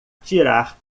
tirar